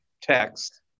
text